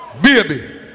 Baby